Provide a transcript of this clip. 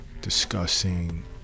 discussing